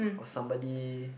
or somebody